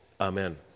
Amen